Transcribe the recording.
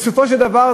בסופו של דבר,